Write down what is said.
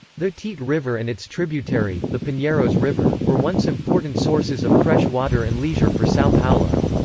the tiete river and its tributary, the pinheiros river, were once important sources of fresh water and leisure for sao paulo.